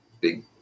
big